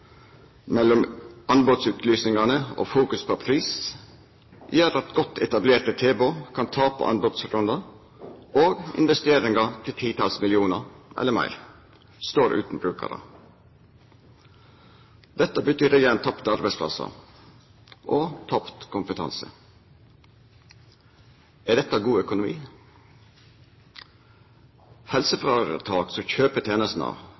mellom anbodsutlysingane og fokus på pris gjer at godt etablerte tilbod kan tapa anbodsrundar og investeringar til titals millionar eller meir stå utan brukarar. Dette betyr igjen tapte arbeidsplassar og tapt kompetanse. Er dette god økonomi? Helseføretak som kjøper